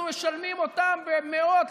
אנחנו משלמים להם במאות,